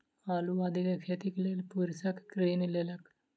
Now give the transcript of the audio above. आलू आदि के खेतीक लेल कृषक ऋण लेलक